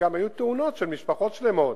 היו תאונות של משפחות שלמות